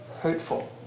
hurtful